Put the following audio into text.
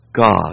God